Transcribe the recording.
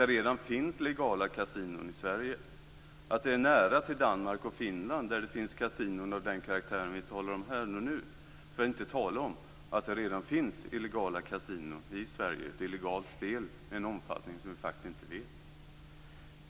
Det finns redan legala kasinon i Sverige. Det är nära till Danmark och Finland där det finns kasinon av den karaktär vi talar om här och nu, för att inte tala om att det redan finns illegala kasinon i Sverige med ett illegalt spel av en omfattning vi inte känner till.